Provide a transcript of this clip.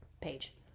page